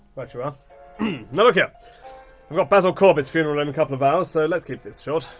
but now look here. i've got basil corbett's funeral in a couple of hours, so let's keep this short.